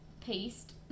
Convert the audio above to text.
paste